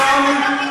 מזון,